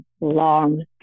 long